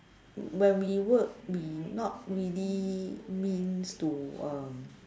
when we work we not really means to uh